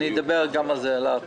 גם על זה אדבר.